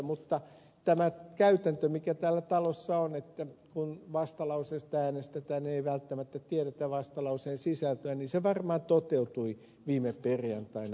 mutta tämä käytäntö joka täällä talossa on kun vastalauseesta äänestetään että ei välttämättä tiedetä vastalauseen sisältöä varmaan toteutui viime perjantaina